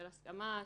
של הסכמה,